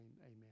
amen